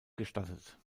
gestattet